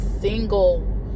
single